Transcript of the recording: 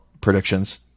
predictions